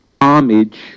homage